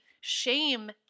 shame